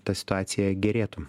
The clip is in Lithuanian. ta situacija gerėtų